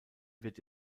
wird